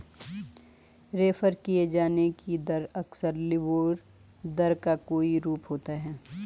refer किये जाने की दर अक्सर लिबोर दर का कोई रूप होता है